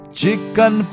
chicken